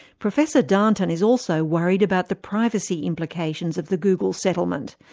professor darnton is also worried about the privacy implications of the google settlement,